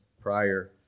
prior